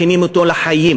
מכינים אותו לחיים.